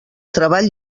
treball